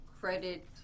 credit